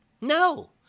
No